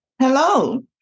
Hello